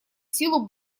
силу